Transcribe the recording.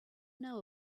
know